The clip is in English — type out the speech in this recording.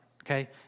okay